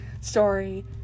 story